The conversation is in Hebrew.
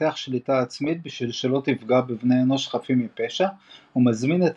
לפתח שליטה עצמית בשביל שלא תפגע בבני אנוש חפים מפשע ומזמין את